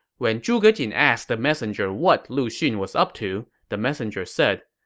when zhuge jin asked the messenger what lu xun was up to, the messenger said,